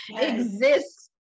exists